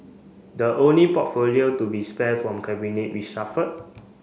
the only portfolio to be spare from cabinet reshuffled